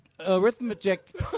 Arithmetic